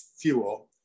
fuel